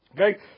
Okay